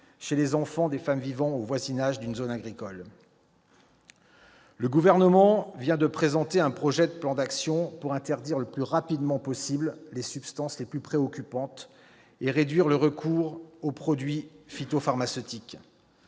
chez les enfants des femmes vivant au voisinage d'une zone agricole. Le Gouvernement vient de présenter un projet de plan d'action pour interdire le plus rapidement possible les substances les plus préoccupantes et réduire le recours aux produits phytopharmaceutiques.